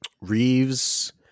Reeves